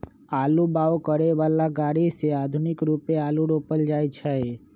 आलू बाओ करय बला ग़रि से आधुनिक रुपे आलू रोपल जाइ छै